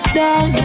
down